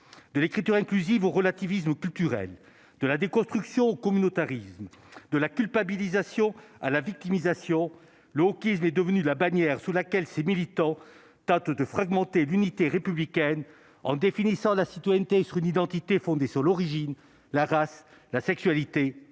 de l'écriture inclusive au relativisme culturel de la déconstruction communautarisme de la culpabilisation à la victimisation, l'eau qui n'est devenu la bannière sous laquelle ces militants de fragmenter l'unité républicaine, en définissant la citoyenneté sur une identité fondée sur l'origine, la race, la sexualité